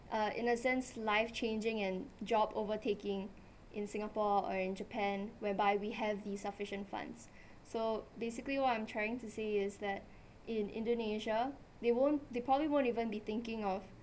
uh in a sense life changing and job overtaking in singapore or in japan whereby we have the sufficient funds so basically what I'm trying to say is that in indonesia they won't they probably won't even be thinking of